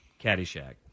Caddyshack